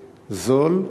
זול,